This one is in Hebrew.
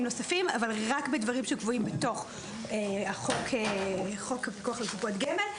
נוספים אבל רק בדברים שקבועים בתוך חוק הפיקוח על קופות גמל.